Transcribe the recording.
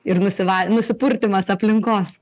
ir nusiva nusipurtymas aplinkos